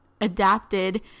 adapted